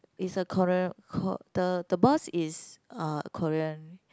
is a Korean the the boss is uh Korean